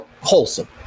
Wholesome